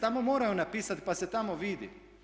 Tamo moraju napisati pa se tamo vidi.